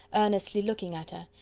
earnestly looking at her,